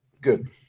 Good